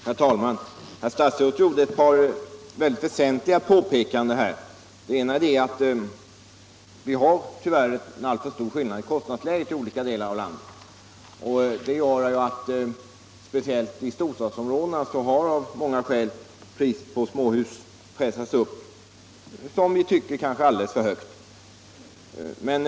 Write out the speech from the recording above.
Herr talman! Herr statsrådet gjorde ett par väsentliga påpekanden här. Vi har tyvärr en alltför stor skillnad mellan kostnadslägen i olika delar av landet, vilket gör att priset på småhus, speciellt i storstadsområdena, såsom vi tycker har pressats upp till en alldeles för hög nivå.